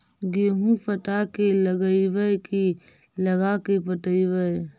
गेहूं पटा के लगइबै की लगा के पटइबै?